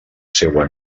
seua